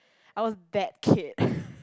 I was that kid